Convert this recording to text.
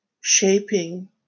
shaping